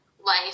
life